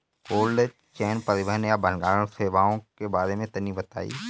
Cold chain परिवहन या भंडारण सेवाओं के बारे में तनी बताई?